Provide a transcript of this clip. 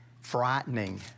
frightening